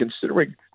considering